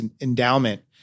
endowment